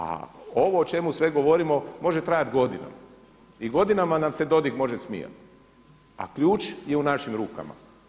A ovo o čemu sve govorimo može trajati godinama i godinama nam se Dodig može smijati a ključ je u našim rukama.